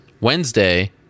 Wednesday